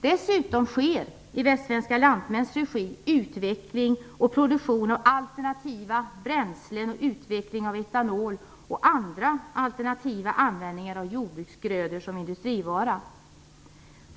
Dessutom sker i Västsvenska Lantmäns regi utveckling och produktion av alternativa bränslen samt utveckling av etanol och andra alternativa användningar av jordbruksgrödor som industriråvara.